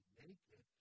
naked